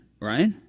right